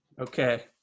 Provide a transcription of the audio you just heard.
Okay